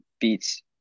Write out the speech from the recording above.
beats